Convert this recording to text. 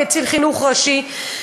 נגד קצין חינוך ראשי,